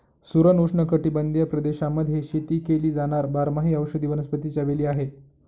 सुरण उष्णकटिबंधीय प्रदेशांमध्ये शेती केली जाणार बारमाही औषधी वनस्पतीच्या वेली आहे